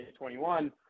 2021